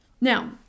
Now